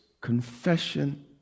confession